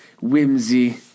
whimsy